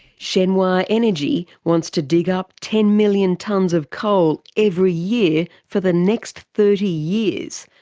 shenhua energy wants to dig up ten million tonnes of coal every year for the next thirty years.